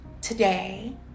today